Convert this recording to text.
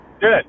Good